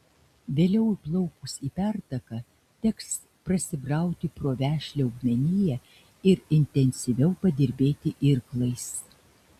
vėliau įplaukus į pertaką teks prasibrauti pro vešlią augmeniją ir intensyviau padirbėti irklais